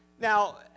Now